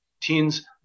teens